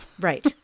right